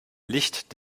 licht